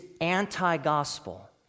anti-gospel